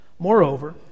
Moreover